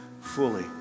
fully